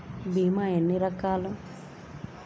భీమ ఎన్ని రకాలు?